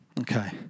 okay